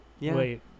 Wait